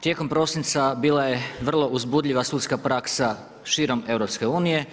Tijekom prosinca bila je vrlo uzbudljiva sudska praksa širom EU.